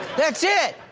that's it.